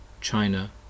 China